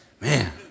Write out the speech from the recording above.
Man